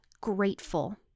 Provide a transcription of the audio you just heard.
grateful